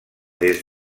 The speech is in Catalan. des